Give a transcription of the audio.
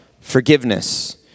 forgiveness